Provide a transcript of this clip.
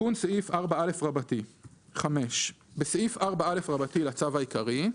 "תיקון סעיף 4א 5. בסעיף 4א לצו העיקרי: